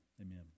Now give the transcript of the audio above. Amen